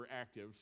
active